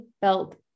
felt